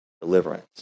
deliverance